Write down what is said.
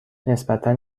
نسبتا